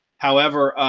however,